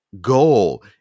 Goal